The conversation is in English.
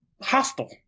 hostile